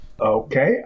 Okay